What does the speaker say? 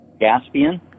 Gaspian